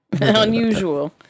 unusual